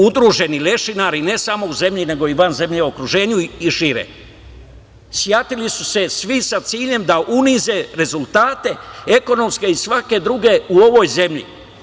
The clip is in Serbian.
Udruženi lešinari ne samo u zemlji, nego i van zemlje, u okruženju i šire, sjatili su se svi sa ciljem da unize rezultate ekonomske i svake druge u ovoj zemlji.